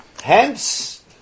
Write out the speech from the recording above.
Hence